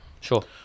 Sure